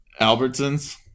Albertsons